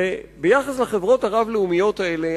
ביחס לחברות הרב-לאומיות האלה,